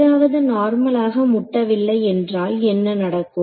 ஏதாவது நார்மலாக முட்டவில்லை என்றால் என்ன நடக்கும்